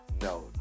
No